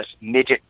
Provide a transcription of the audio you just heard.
midget